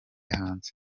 hanze